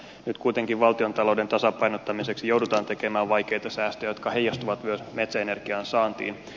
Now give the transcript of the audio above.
nyt kuitenkin valtiontalouden tasapainottamiseksi joudutaan tekemään vaikeita säästöjä jotka heijastuvat myös metsäenergian saantiin